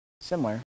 similar